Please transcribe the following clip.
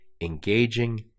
engaging